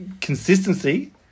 consistency